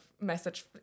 message